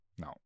No